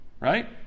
Right